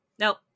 Nope